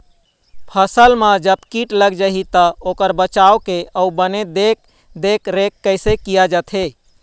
फसल मा जब कीट लग जाही ता ओकर बचाव के अउ बने देख देख रेख कैसे किया जाथे?